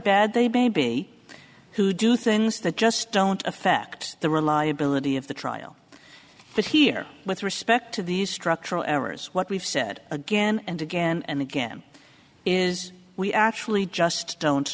bad they baby who do things that just don't affect the reliability of the trial but here with respect to these structural errors what we've said again and again and again is we actually just don't